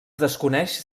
desconeix